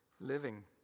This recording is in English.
living